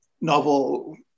novel